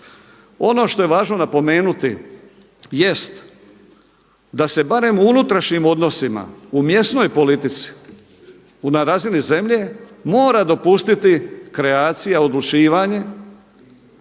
Ono što je važno napomenuti jest da se barem u unutrašnjim odnosima u mjesnoj politici na razini zemlje mora dopustiti kreacija, odlučivanje